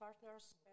partners